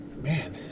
Man